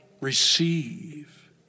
receive